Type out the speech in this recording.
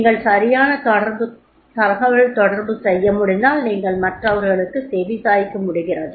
நீங்கள் சரியான தகவல்தொடர்பு செய்ய முடிந்தால் நீங்கள் மற்றவர்களுக்குசெவிசாய்க்க முடிகிறது